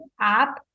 app